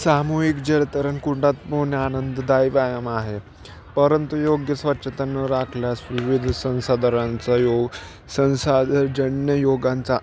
सामूहिक जलतरण कुंडात पोहणे हा आनंददायी व्यायाम आहे परंतु योग्य स्वच्छता न राखल्यास विविध संसादरांचा रोग संसादजन्य रोगांचा